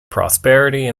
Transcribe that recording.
prosperity